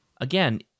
Again